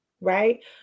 right